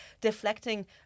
deflecting